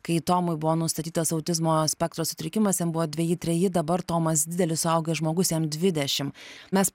kai tomui buvo nustatytas autizmo spektro sutrikimas jam buvo dveji treji dabar tomas didelis suaugęs žmogus jam dvidešimt mes